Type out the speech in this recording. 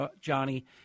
Johnny